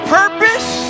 purpose